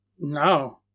No